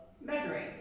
measuring